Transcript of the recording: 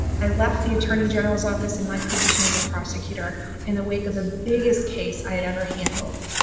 i left the attorney general's office and my position as a prosecutor in the wake of the biggest case i had ever handled.